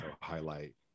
highlight